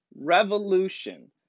revolution